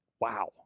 Wow